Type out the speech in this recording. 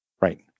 Right